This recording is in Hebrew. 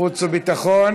חוץ וביטחון.